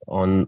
on